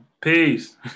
peace